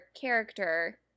character